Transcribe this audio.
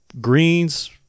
Greens